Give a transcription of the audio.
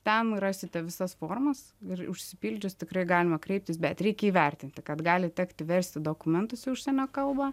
ten rasite visas formas ir užsipildžius tikrai galima kreiptis bet reikia įvertinti kad gali tekti versti dokumentus į užsienio kalbą